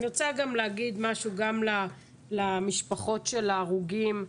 אני רוצה להגיד משהו גם למשפחות של ההרוגים,